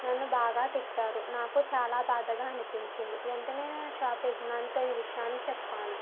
నన్ను బాగా తిట్టారు నాకు చాలా బాధగా అనిపించింది నేను షాప్ యజమానితో ఈ విషయాన్ని చెప్పాను